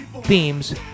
themes